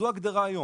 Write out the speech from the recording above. זו ההגדרה היום.